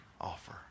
offer